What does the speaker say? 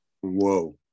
Whoa